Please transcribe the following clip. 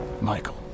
michael